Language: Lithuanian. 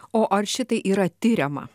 o ar šitai yra tiriama